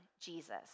Jesus